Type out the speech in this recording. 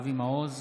אבי מעוז,